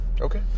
Okay